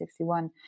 1961